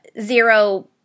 zero